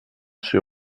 sur